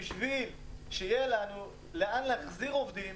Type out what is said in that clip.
כדי שיהיה לנו לאן להחזיר עובדים,